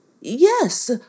Yes